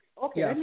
Okay